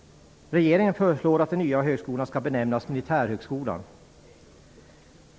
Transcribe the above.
Regeringen föreslår att den nya högskolan skall benämnas Militärhögskolan.